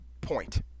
point